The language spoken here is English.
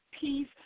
peace